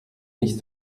nicht